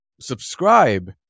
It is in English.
Subscribe